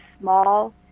small